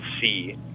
see